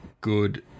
good